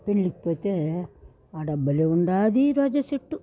పెడ్లికి పోతే అక్కడ భలే ఉండాది రోజా చెట్టు